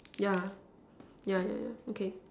yeah yeah yeah yeah okay